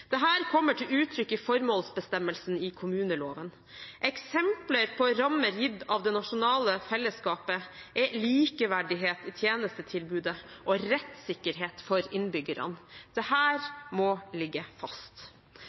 kommer til uttrykk i formålsbestemmelsen i kommuneloven. Eksempler på rammer gitt av det nasjonale fellesskapet er likeverdighet i tjenestetilbudet og rettssikkerhet for innbyggerne. Dette må ligge fast.